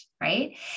right